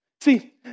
See